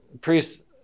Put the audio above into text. priests